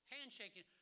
Handshaking